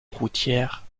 routière